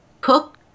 cook